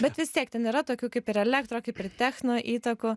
bet vis tiek ten yra tokių kaip ir elektro kaip ir techno įtakų